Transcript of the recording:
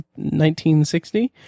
1960